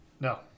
No